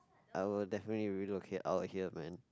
I will definitely relocate out here man